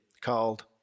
called